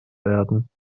werden